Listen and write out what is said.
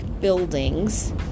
buildings